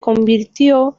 convirtió